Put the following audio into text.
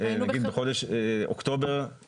נגיד בחודש אוקטובר,